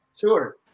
Sure